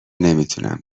نمیتونم